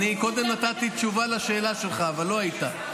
קודם נתתי תשובה לשאלה שלך אבל לא היית.